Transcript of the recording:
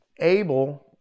Abel